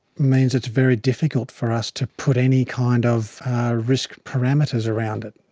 means it's very difficult for us to put any kind of risk parameters around it.